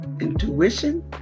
intuition